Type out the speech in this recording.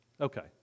Okay